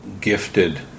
gifted